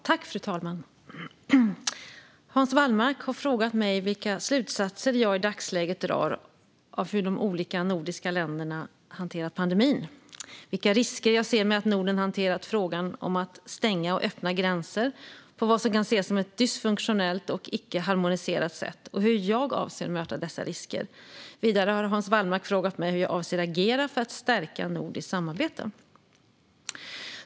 Fru talman! Hans Wallmark har frågat mig vilka slutsatser jag i dagsläget drar av hur de olika nordiska länderna hanterat pandemin, vilka risker jag ser med att Norden hanterat frågan om att stänga och öppna gränser på vad som kan ses som ett dysfunktionellt och icke harmoniserat sätt och hur jag avser att möta dessa risker. Vidare har Hans Wallmark frågat mig hur jag avser att agera för att stärka nordiskt samarbete.